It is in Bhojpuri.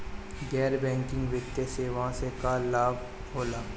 गैर बैंकिंग वित्तीय सेवाएं से का का लाभ होला?